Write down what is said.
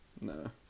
No